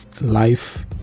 life